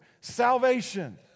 Salvation